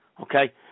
Okay